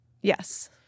Yes